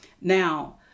Now